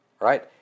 right